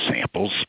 samples